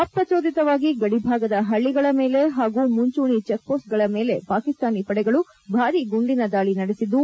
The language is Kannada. ಅಪ್ರಜೋದಿತವಾಗಿ ಗಡಿ ಭಾಗದ ಪಳಿಗಳ ಮೇಲೆ ಹಾಗೂ ಮುಂಚೂಣಿ ಚೆಕ್ಮೋಸ್ಗಳ ಮೇಲೆ ಪಾಕಿಸ್ತಾನಿ ಪಡೆಗಳು ಭಾರಿ ಗುಂಡಿನ ದಾಳಿ ನಡೆಸಿದ್ದು